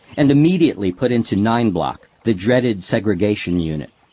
and immediately put into nine block, the dreaded segregation unit.